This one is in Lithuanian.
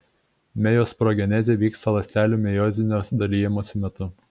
mejosporogenezė vyksta ląstelių mejozinio dalijimosi metu